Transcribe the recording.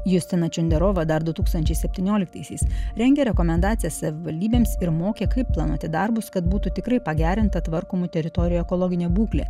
justina šenderovo dardu tūkstančiai septynioliktaisiais rengia rekomendacijas savivaldybėms ir mokė kaip planuoti darbus kad būtų tikrai pagerinta tvarkomų teritorijų ekologinė būklė